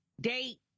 date